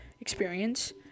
experience